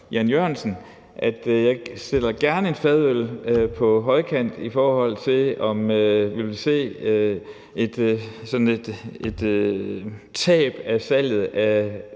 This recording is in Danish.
Jan E. Jørgensen, at jeg gerne stiller en fadøl på højkant, i forhold til om vi vil se et fald i salget af